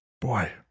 Boy